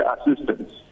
assistance